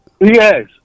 Yes